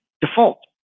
default